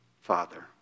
Father